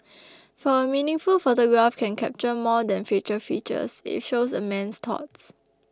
for a meaningful photograph can capture more than facial features it shows a man's thoughts